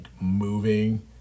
moving